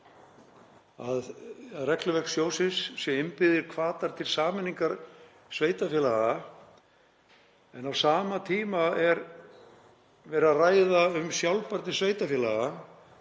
að í regluverki sjóðsins séu innbyggðir hvatar til sameiningar sveitarfélaga en á sama tíma er verið að ræða um sjálfbærni sveitarfélaga,